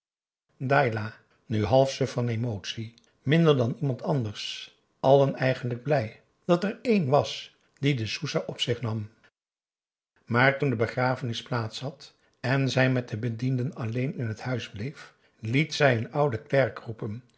dailah nu half suf van emotie minder dan iemand anders allen eigenlijk blij dat er één was die de soesah op zich nam maar toen de begrafenis plaats had en zij met de bedienden alleen in het huis bleef liet zij een ouden klerk roepen